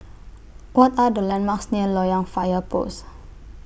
What Are The landmarks near Loyang Fire Post